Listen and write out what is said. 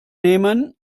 nehmen